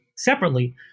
separately